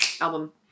album